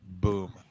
Boom